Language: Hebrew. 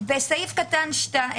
סעיף קטן (2):